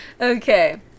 Okay